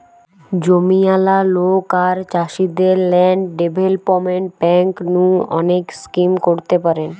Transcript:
জমিয়ালা লোক আর চাষীদের ল্যান্ড ডেভেলপমেন্ট বেঙ্ক নু অনেক স্কিম করতে পারেন